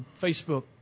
Facebook